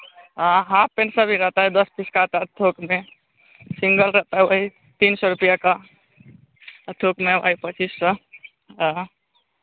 हाँ हाँ तीन सौ भी रहता है दस पीस का आता है थोक मे सिंगल रहता है वही तीन सौ रुपैया का आ थोक मे वही पच्चीस सौ